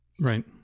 Right